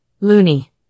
loony